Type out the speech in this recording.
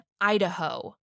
Idaho